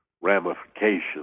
ramifications